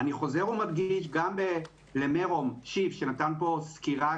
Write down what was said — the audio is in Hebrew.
אני חוזר ומדגיש גם למירום שיף שנתן פה סקירה